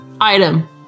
item